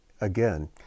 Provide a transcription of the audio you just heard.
again